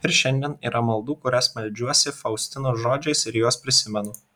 ir šiandien yra maldų kurias meldžiuosi faustinos žodžiais ir juos prisimenu